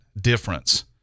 difference